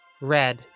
Red